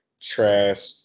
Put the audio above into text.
trash